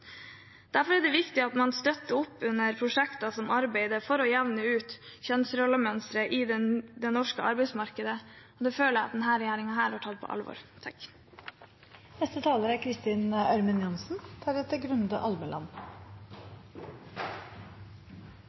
Derfor er det viktig at man støtter opp om prosjekter som arbeider for å jevne ut kjønnsrollemønstre i det norske arbeidsmarkedet. Det føler jeg denne regjeringen har tatt på alvor. Jeg merket meg at Arbeiderpartiets parlamentariske leder i sitt innlegg ikke fokuserte på